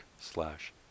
slash